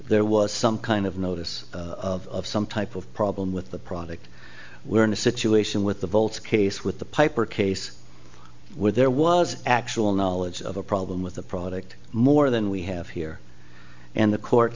there was some kind of notice of some type of problem with the product we're in a situation with the volt's case with the piper case where there was actual knowledge of a problem with the product more than we have here and the court